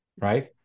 Right